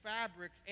fabrics